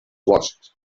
boscs